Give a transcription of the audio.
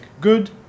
good